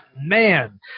Man